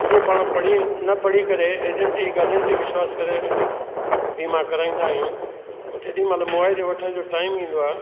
उहे पाण पढ़ी न पढ़ी करे एजेंट जी ॻाल्हियुनि ते विश्वास करे बीमा कराईंदा आहियूं ऐं जेॾी महिल मुआविज़ो वठण जो टाइम ईंदो आहे